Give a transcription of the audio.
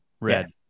red